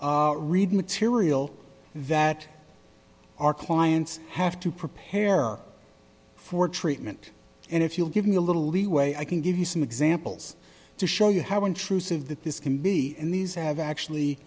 officer read material that our clients have to prepare for treatment and if you'll give me a little leeway i can give you some examples to show you how intrusive that this can be in these have actually